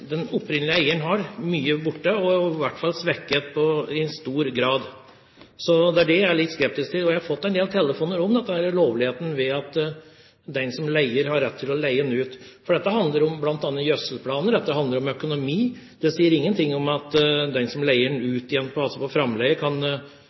den råderetten som den opprinnelige eieren har, borte, og i hvert fall svekket i stor grad. Så det er det jeg er litt skeptisk til. Jeg har fått en del telefoner om lovligheten ved at den som leier jord, har rett til å leie den ut. Dette handler om bl.a. gjødselplaner, og dette handler om økonomi. Det sier ingenting om at den som leier